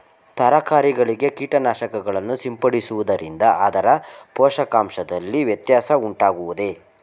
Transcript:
ತರಕಾರಿಗಳಿಗೆ ಕೀಟನಾಶಕಗಳನ್ನು ಸಿಂಪಡಿಸುವುದರಿಂದ ಅದರ ಪೋಷಕಾಂಶದಲ್ಲಿ ವ್ಯತ್ಯಾಸ ಉಂಟಾಗುವುದೇ?